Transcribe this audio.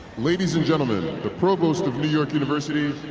ladies and gentlemen, the provost of new york university,